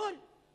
יכול.